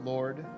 Lord